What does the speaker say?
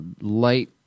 light